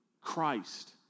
Christ